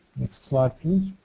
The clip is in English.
next slide please.